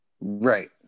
Right